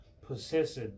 possessed